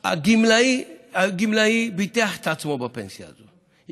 הגמלאי ביטח את עצמו בפנסיה הזאת,